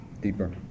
deeper